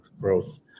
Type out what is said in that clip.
growth